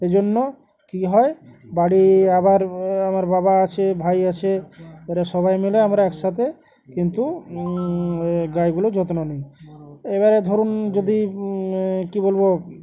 এই জন্য কী হয় বাড়ি আবার আমার বাবা আছে ভাই আছে এরা সবাই মিলে আমরা একসাথে কিন্তু গায়েগুলো যত্ন নিই এবারে ধরুন যদি কী বলবো